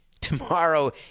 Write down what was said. tomorrow